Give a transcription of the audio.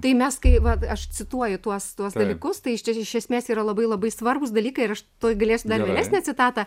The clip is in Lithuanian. tai mes kai vat aš cituoju tuos tuos dalykus tai iš esmės yra labai labai svarbūs dalykai ir aš tuoj galėsiu dar vėlesnę citatą